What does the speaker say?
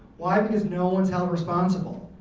why? because no one's held responsible,